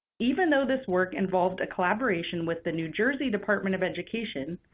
even though this work involved a collaboration with the new jersey department of education,